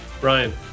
Brian